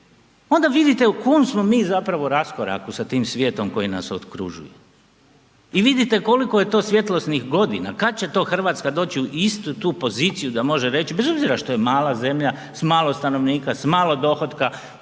onda vidite u kolikom smo mi zapravo raskoraku sa tim svijetom koji nas okružuju. I vidite koliko je to svjetlosnih godina, kad će to Hrvatska doći u istu tu poziciju da može reći, bez obzira što je mala zemlja, s malo stanovnika, s malo dohotka,